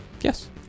Yes